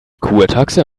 kurtaxe